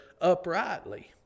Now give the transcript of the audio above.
uprightly